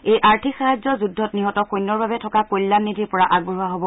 এই আৰ্থিক সাহায্য যুদ্ধত নিহত সৈন্যৰ বাবে থকা কল্যাণ নিধিৰ পৰা আগবঢ়োৱা হ'ব